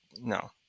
no